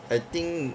I think